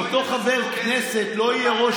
אותו חבר כנסת לא יהיה ראש,